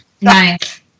Nice